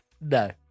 No